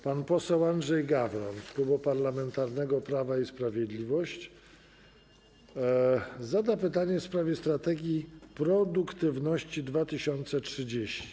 Pan poseł Andrzej Gawron z Klubu Parlamentarnego Prawo i Sprawiedliwość zada pytanie w sprawie Strategii Produktywności 2030.